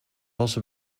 also